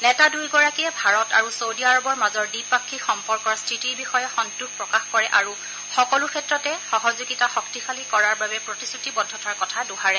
নেতা দুগৰাকীয়ে ভাৰত আৰু চৌদি আৰবৰ মাজৰ দ্বিপাক্ষিক সম্পৰ্কৰ স্থিতিৰ বিষয়ে সন্তোষ প্ৰকাশ কৰে আৰু সকলো ক্ষেত্ৰতে সহযোগিতা শক্তিশালী কৰাৰ বাবে প্ৰতিশ্ৰুতিবদ্ধতাৰ কথা দোহাৰে